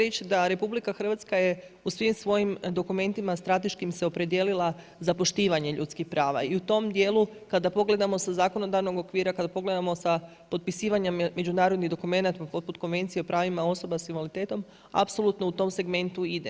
Mogu reći da RH je u svim svojim dokumentima strateškim se opredijelila za poštivanje ljudskih prava i u tom djelu kada pogledamo sa zakonodavnog okvira, kad pogledamo sa potpisivanjem međunarodnih dokumenata poput Konvencija o pravima osoba sa invaliditetom, apsolutno u tom segmentu ide.